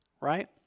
right